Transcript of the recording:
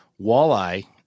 walleye